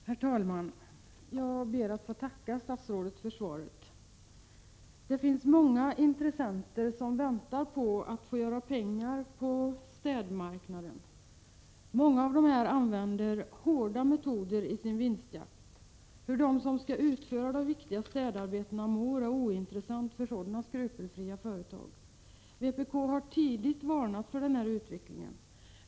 Herr talman! Jag ber att få tacka statsrådet för svaret. Det finns många intressenter som väntar på att få göra pengar på städmarknaden. Många av dessa använder hårda metoder i sin vinstjakt. Hur de som skall utföra det viktiga städarbetet mår, det är ointressant för sådana skrupelfria företag. Vpk har på ett tidigt stadium varnat för denna utveckling.